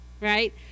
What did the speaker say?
right